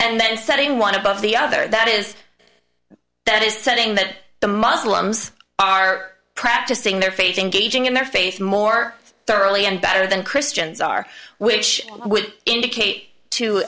and then setting one above the other that is that is setting that the muslims are practicing their faith engaging in their faith more thoroughly and better than christians are which would indicate to